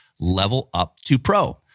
LevelUpToPro